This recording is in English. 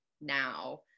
now